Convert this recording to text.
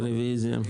רוויזיה.